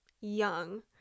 young